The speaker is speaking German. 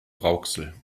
rauxel